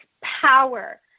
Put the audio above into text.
power